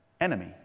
enemy